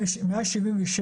ה-177,